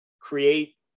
create